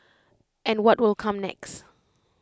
and what will come next